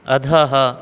अधः